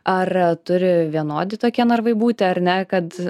ar turi vienodi tokie narvai būti ar ne kad